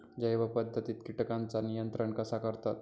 जैव पध्दतीत किटकांचा नियंत्रण कसा करतत?